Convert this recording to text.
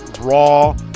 raw